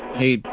hey